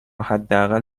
حداقل